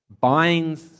binds